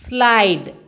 Slide